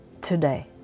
today